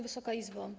Wysoka Izbo!